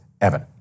Evan